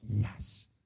yes